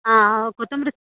ಹಾಂ ಕೊತ್ತಂಬರಿ